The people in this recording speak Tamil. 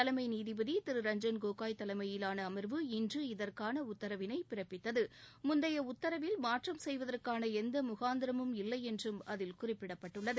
தலைமை நீதிபதி திரு ரஞ்ஜன் கோகோய் தலைமையிலான அம்வு இன்று இதற்கான உத்தரவினை பிறப்பித்தது முந்தைய உத்தரவில் மாற்றம் செய்வதற்கான எந்த முகாந்திரமும் இல்லை என்றும் அதில் குறிப்பிடப்பட்டுள்ளது